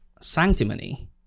sanctimony